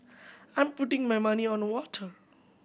I'm putting my money on the water